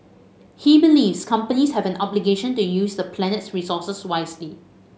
he believes companies have an obligation to use the planet's resources wisely